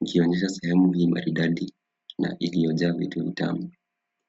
ikionyesha sehemu hii maridadi na iliyojaa vitu vitamu.